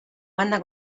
banda